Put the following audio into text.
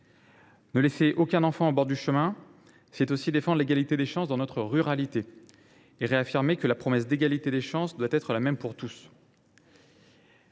Ne laisser aucun enfant au bord du chemin, c’est aussi défendre l’égalité des chances dans notre ruralité et réaffirmer que la promesse d’égalité des chances doit être la même pour tous.